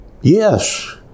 Yes